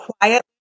quiet